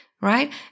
right